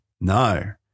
no